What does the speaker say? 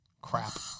crap